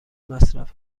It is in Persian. مصرف